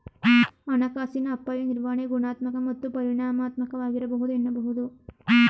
ಹಣಕಾಸಿನ ಅಪಾಯ ನಿರ್ವಹಣೆ ಗುಣಾತ್ಮಕ ಮತ್ತು ಪರಿಮಾಣಾತ್ಮಕವಾಗಿರಬಹುದು ಎನ್ನಬಹುದು